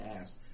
asked